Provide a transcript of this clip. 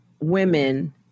women